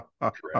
Correct